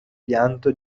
pianto